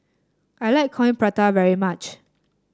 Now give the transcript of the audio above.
I like Coin Prata very much